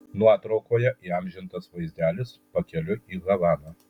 nuotraukoje įamžintas vaizdelis pakeliui į havaną